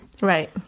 Right